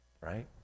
Right